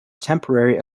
temporary